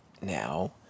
now